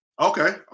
Okay